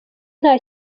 nta